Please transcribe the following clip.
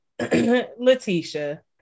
Letitia